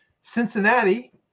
Cincinnati